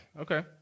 Okay